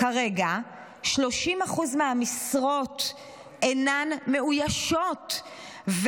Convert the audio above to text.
כרגע 30% מהמשרות אינן מאוישות,